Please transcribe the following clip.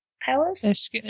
powers